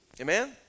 Amen